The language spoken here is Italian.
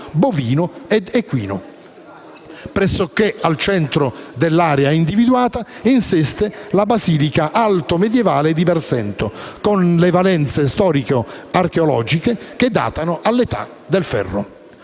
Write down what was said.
bovino ed equino. Pressoché al centro dell'area individuata insiste la basilica altomedievale di Barsento, con valenze storico-archeologiche che datano all'età del ferro.